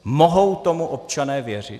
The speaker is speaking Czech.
Mohou tomu občané věřit?